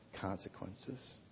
consequences